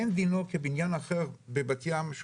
אין דינו כבניין אחר שהוא בבת ים,